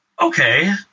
okay